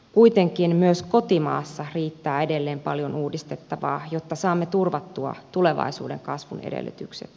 kuitenkin myös kotimaassa riittää edelleen paljon uudistettavaa jotta saamme turvattua tulevaisuuden kasvun edellytykset